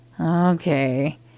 Okay